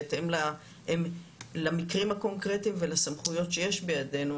בהתאם למקרים הקונקרטיים ולסמכויות שיש בידינו,